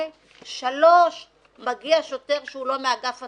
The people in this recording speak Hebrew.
3. מגיע שוטר שהוא לא מאגף התנועה,